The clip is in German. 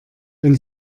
wenn